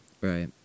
right